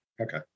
okay